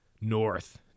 north